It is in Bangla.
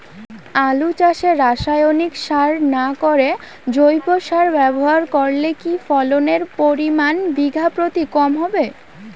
আলু চাষে রাসায়নিক সার না করে জৈব সার ব্যবহার করলে কি ফলনের পরিমান বিঘা প্রতি কম হবে?